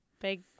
big